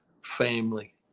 family